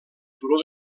turó